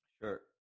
Sure